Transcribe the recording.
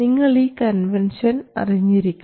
നിങ്ങൾ ഈ കൺവെൻഷൻ അറിഞ്ഞിരിക്കണം